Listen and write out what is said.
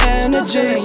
energy